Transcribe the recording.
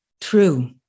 True